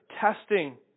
testing